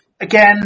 Again